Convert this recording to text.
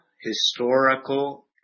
historical